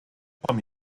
trois